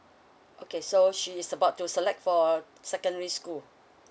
okay so she's about to select for secondary school